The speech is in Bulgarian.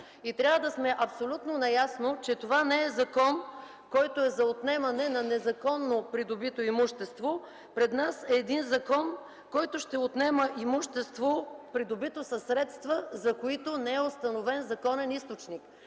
Трябва да сме абсолютно наясно, че това не е закон за отнемане на незаконно придобито имущество. Пред нас е закон, който ще отнема имущество, придобито със средства, за които не е установен законен източник.